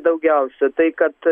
daugiausia tai kad